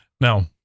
Now